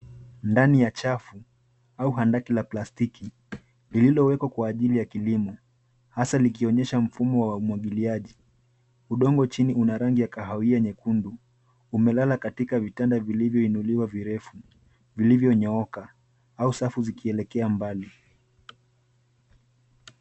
Ndani ya chafu au handaki la plastiki, lililowekwa kwa ajili ya kilimo, hasa likionyesha mfumo wa umwagiliaji. Udongo chini una rangi ya kahawia nyekundu, umelala katika vitanda vilivyoinuliwa virefu, vilivyonyooka au safu zikielekea mbali.